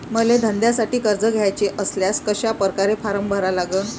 मले धंद्यासाठी कर्ज घ्याचे असल्यास कशा परकारे फारम भरा लागन?